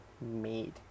made